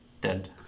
dead